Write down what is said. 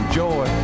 joy